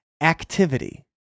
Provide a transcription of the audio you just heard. activity